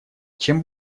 чем